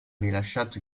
rilasciato